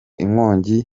inkongi